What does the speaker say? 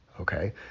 okay